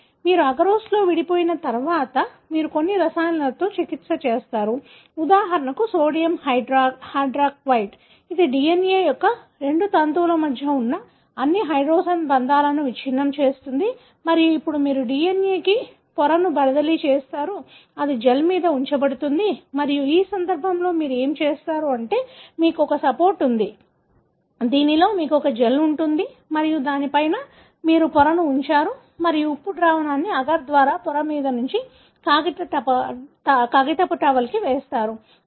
కాబట్టి మీరు అగరోస్లో విడిపోయిన తర్వాత మీరు కొన్ని రసాయనాలతో చికిత్స చేస్తారు ఉదాహరణకు సోడియం హైడ్రాక్సైడ్ ఇది DNA యొక్క రెండు తంతువుల మధ్య ఉన్న అన్ని హైడ్రోజన్ బంధాలను విచ్ఛిన్నం చేస్తుంది మరియు ఇప్పుడు మీరు DNA కి పొరను బదిలీ చేస్తారు అది జెల్ మీద ఉంచబడుతుంది మరియు ఈ సందర్భంలో మీరు ఏమి చేస్తారు అంటే మీకు ఒక సపోర్ట్ ఉంది దీనిలో మీకు జెల్ ఉంటుంది మరియు దాని పైన మీరు పొరను ఉంచారు మరియు ఉప్పు ద్రావణాన్ని అగర్ ద్వారా పొర మీద నుండి కాగితపు టవల్కి వేస్తారు